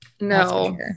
no